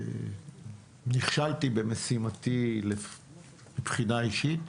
נכשלתי במשימתי מבחינה אישית.